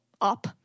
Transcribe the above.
up